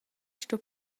sto